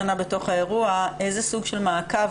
איזה סוג של מעקב,